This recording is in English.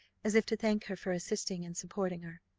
as if to thank her for assisting and supporting her.